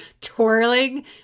twirling